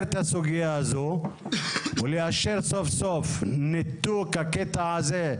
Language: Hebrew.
את הסוגיה הזו ולאשר סוף סוף את ניתוק הקטע הזה,